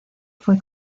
fue